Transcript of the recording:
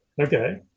Okay